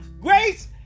grace